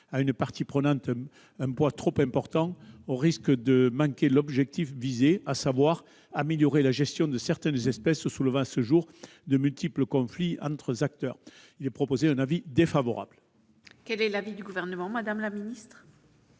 à une partie prenante un poids trop important, au risque de manquer l'objectif visé, à savoir améliorer la gestion de certaines espèces soulevant à ce jour de multiples conflits entre acteurs. La commission émet donc un avis défavorable. Quel est l'avis du Gouvernement ? Même avis